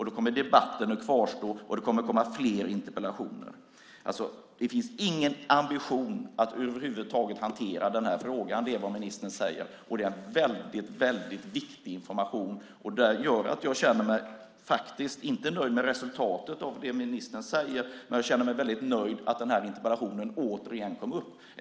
Då kommer debatten att fortsätta, och det kommer att komma fler interpellationer. Det finns ingen ambition över huvud taget att hantera den här frågan. Det är vad ministern säger, och det är en väldigt viktig information. Det gör att jag inte känner mig nöjd med resultatet av det som ministern säger men att jag känner mig väldigt nöjd med att den här interpellationen återigen kom upp.